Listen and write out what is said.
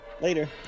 later